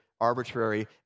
arbitrary